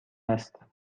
است